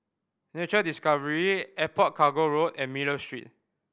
Nature Discovery Airport Cargo Road and Miller Street